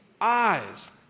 eyes